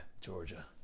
Georgia